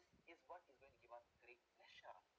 is what it's going to give us great visual